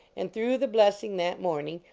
and through the blessing that morning,